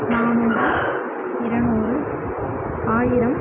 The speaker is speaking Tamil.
நாநூறு இருநூறு ஆயிரம்